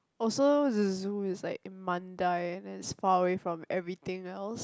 oh so the zoo is like in Mandai and then far away from everything else